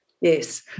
Yes